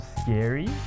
scary